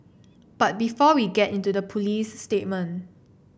but before we get into the police statement